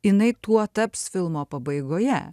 jinai tuo taps filmo pabaigoje